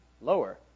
lower